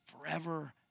forever